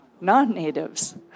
non-Natives